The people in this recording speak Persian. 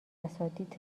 اساتید